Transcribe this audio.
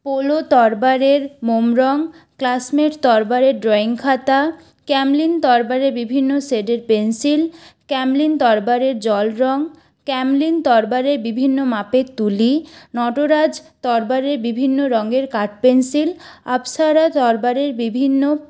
polo তরবারের মোম রঙ ক্লাসমেট তরবারের ড্রয়িং খাতা ক্যামলিন তরবারের বিভিন্ন শেডের পেন্সিল ক্যামলিন তরবারের জলরঙ ক্যামলিন তরবারের বিভিন্ন মাপের তুলি নটরাজ তরবারের বিভিন্ন রঙের কাঠ পেন্সিল অপ্সরা তরবারের বিভিন্ন